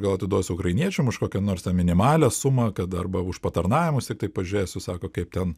gal atiduosiu ukrainiečiam už kažkokią nors ten minimalią sumą kad arba už patarnavimus tiktai pažiūrėsiu sako kaip ten